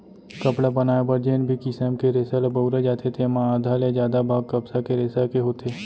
कपड़ा बनाए बर जेन भी किसम के रेसा ल बउरे जाथे तेमा आधा ले जादा भाग कपसा के रेसा के होथे